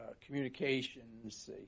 communications